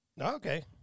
Okay